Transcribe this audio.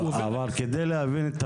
אבל כדי להבין את